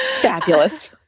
fabulous